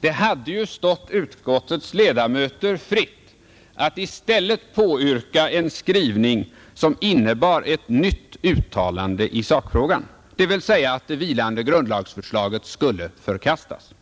Det hade ju stått utskottets ledamöter fritt att i stället påyrka en skrivning som innebar ett nytt uttalande i sakfrågan, dvs. att det vilande grundlagsförslaget skulle förkastas.